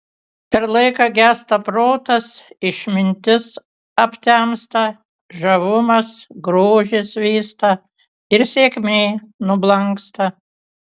per laiką gęsta protas išmintis aptemsta žavumas grožis vysta ir sėkmė nublanksta